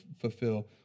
fulfill